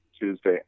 Tuesday